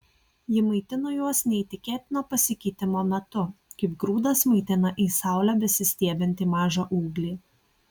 ji maitino juos neįtikėtino pasikeitimo metu kaip grūdas maitina į saulę besistiebiantį mažą ūglį